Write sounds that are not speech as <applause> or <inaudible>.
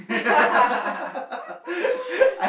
<laughs>